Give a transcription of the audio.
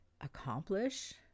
Accomplish